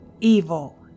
evil